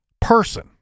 person